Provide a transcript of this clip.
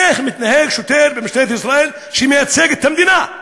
איך מתנהג שוטר במשטרת ישראל שמייצג את המדינה?